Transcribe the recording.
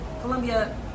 Colombia